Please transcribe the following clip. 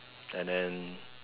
and then